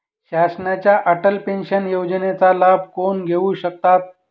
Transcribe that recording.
शासनाच्या अटल पेन्शन योजनेचा लाभ कोण घेऊ शकतात?